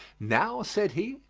now, said he,